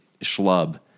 schlub